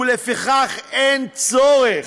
ולפיכך, אין צורך.